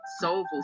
soulful